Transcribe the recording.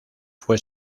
fue